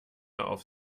auf